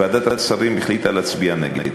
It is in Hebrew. ועדת השרים החליטה להצביע נגד,